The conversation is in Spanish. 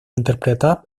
interpretadas